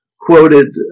quoted